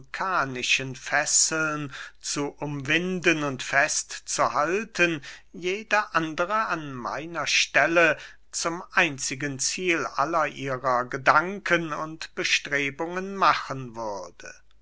vulkanischen fesseln zu umwinden und fest zu halten jede andere an meiner stelle zum einzigen ziel aller ihrer gedanken und bestrebungen machen würde